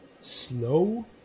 slow